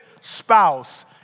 spouse